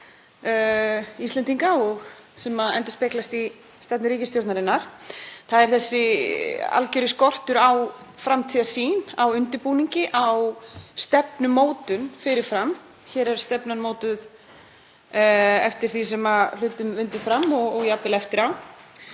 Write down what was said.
Íslendinga sem endurspeglast í stefnu ríkisstjórnarinnar. Það er þessi algjöri skortur á framtíðarsýn á undirbúningi á stefnumótun fyrir fram. Hér er stefnan mótuð eftir því sem hlutum vindur fram og jafnvel eftir á.